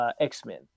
X-Men